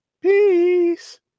peace